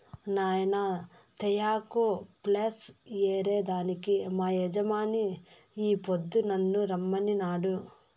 నాయినా తేయాకు ప్లస్ ఏరే దానికి మా యజమాని ఈ పొద్దు నన్ను రమ్మనినాడు